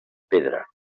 pedra